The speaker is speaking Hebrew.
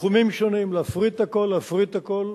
בתחומים שונים, להפריט הכול, להפריט הכול.